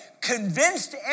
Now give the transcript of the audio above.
convinced